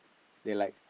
they like